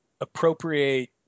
appropriate